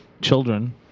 children